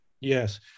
Yes